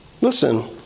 Listen